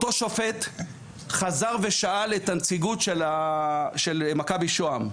אותו שופט חזר ושאל את הנציגות של מכבי שוהם: